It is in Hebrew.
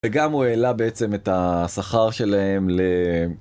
וגם הוא העלה בעצם את השכר שלהם ל...